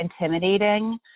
intimidating